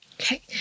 Okay